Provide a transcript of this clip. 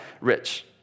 rich